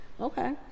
Okay